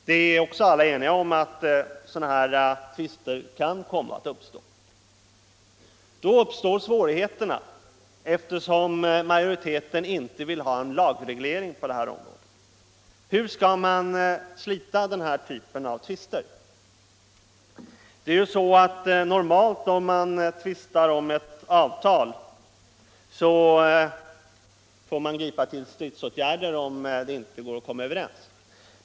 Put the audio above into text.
Alla är också eniga om att sådana här tvister kan komma att uppstå. Då uppkommer svårigheterna, eftersom majoriteten inte vill ha en lagregel på området. Hur skall man slita denna typ av tvister? När man normalt tvistar om ett avtal får man ju gripa till stridsåtgärder ifall det inte går att komma överens.